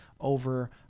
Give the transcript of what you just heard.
over